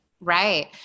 Right